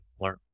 learn